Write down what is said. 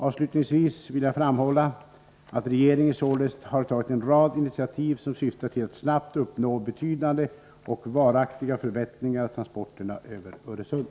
Avslutningsvis vill jag framhålla att regeringen således har tagit en rad initiativ som syftar till att snabbt uppnå betydande och varaktiga förbättringar av transporterna över Öresund.